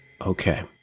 Okay